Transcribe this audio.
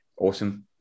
awesome